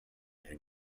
and